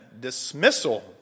dismissal